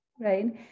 right